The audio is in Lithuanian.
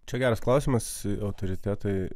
čia geras klausimas autoritetai